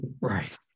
Right